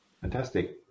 fantastic